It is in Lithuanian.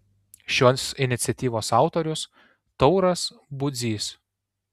šios iniciatyvos autorius tauras budzys